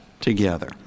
together